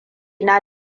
na